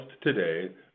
today